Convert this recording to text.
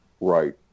right